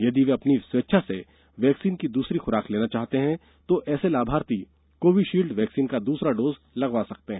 यदि वे अपनी स्वेच्छा से वैक्सीन की दूसरी खुराक लेना चाहते हैं तो ऐसे लाभार्थी कोविशील्ड वैक्सीन का दूसरा डोज लगवा सकते हैं